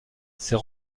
ces